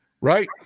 Right